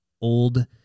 old